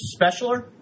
specialer